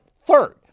Third